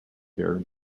their